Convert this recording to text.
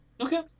Okay